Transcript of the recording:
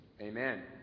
Amen